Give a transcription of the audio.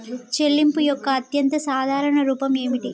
చెల్లింపు యొక్క అత్యంత సాధారణ రూపం ఏమిటి?